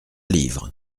livre